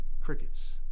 crickets